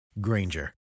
Granger